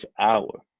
hour